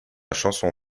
chanson